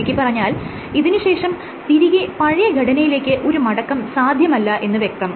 ചുരുക്കിപ്പറഞ്ഞാൽ ഇതിന് ശേഷം തിരികെ പഴയ ഘടനയിലേക്ക് ഒരു മടക്കം സാധ്യമല്ല എന്ന് വ്യക്തം